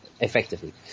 effectively